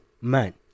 man